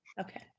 okay